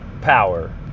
power